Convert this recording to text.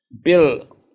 Bill